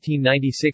1996